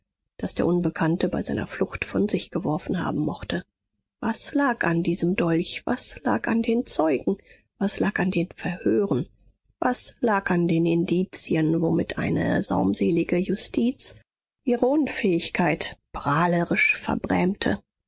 das der unbekannte bei seiner flucht von sich geworfen haben mochte was lag an diesem dolch was lag an den zeugen was lag an den verhören was lag an den indizien womit eine saumselige justiz ihre unfähigkeit prahlerisch verbrämte